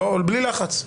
בלי לחץ.